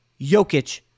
Jokic